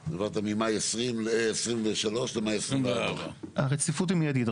למאי, ממאי 2023 למאי 2024. הרציפות היא מיידית.